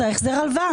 זה החזר ההלוואה.